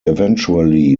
eventually